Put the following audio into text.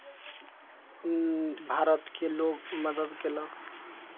भारतके लोक मदति कयलक